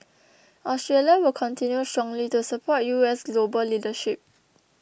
Australia will continue strongly to support U S global leadership